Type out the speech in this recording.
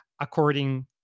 according